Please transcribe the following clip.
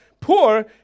poor